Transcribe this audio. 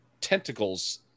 tentacles